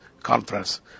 Conference